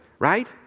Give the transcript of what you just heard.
Right